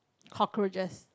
cockroaches